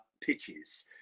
pitches